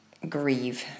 grieve